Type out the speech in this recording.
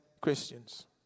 christians